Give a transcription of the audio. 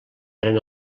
pren